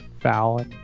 foul